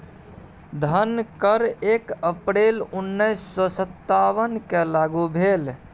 धन कर एक अप्रैल उन्नैस सौ सत्तावनकेँ लागू भेल